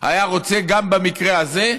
היה רוצה, גם במקרה הזה,